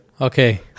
Okay